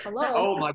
hello